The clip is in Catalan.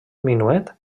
minuet